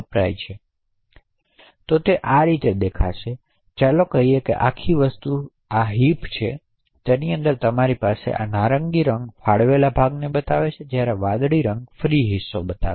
તો તે આ રીતે દેખાશે કે ચાલો કહીએ કે આ આખી વસ્તુ હિપ છે અને તેની અંદર તમારી પાસે નારંગી રંગ ફાળવેલ ભાગોને બતાવે છે અને વાદળી રંગ ફ્રી હિસ્સા બતાવે છે